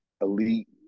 elite